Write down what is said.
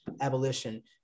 abolition